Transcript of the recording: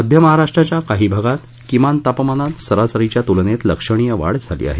मध्य महाराष्ट्राच्या काही भागात किमान तापमानात सरासरीच्या तुलनेत लक्षणीय वाढ झाली आहे